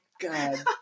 God